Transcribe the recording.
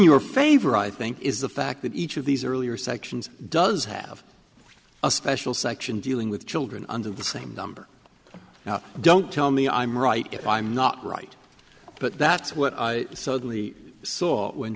your favor i think is the fact that each of these earlier sections does have a special section dealing with children under the same number don't tell me i'm right if i'm not right but that's what i suddenly saw when